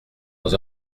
dans